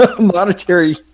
monetary